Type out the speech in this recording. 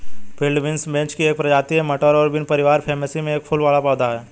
field beans vetch की एक प्रजाति है, मटर और बीन परिवार फैबेसी में एक फूल वाला पौधा है